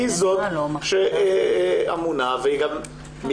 היועצת היא זאת שאמונה וזה גם נגזר